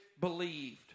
believed